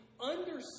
understand